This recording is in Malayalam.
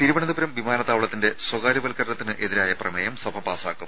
തിരുവനന്തപുരം വിമാനത്താവളത്തിന്റെ സ്വകാര്യവൽക്കരണത്തിന് എതിരായ പ്രമേയം സഭ പാസ്സാക്കും